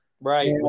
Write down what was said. Right